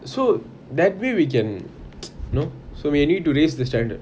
so that way we can you know so we need to raise the standards